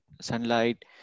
sunlight